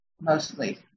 mostly